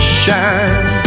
shine